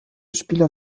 spieler